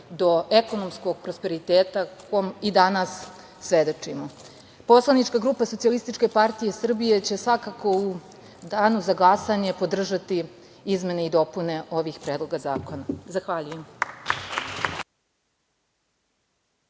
do ekonomskog prosperiteta, kom i danas svedočimo. Poslanička grupa SPS će svakako u danu za glasanje podržati izmene i dopune ovih predloga zakona. Zahvaljujem.